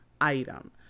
item